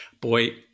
Boy